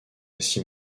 six